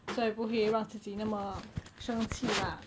所以不会让自己那么生气 lah